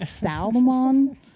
Salmon